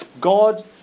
God